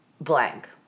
blank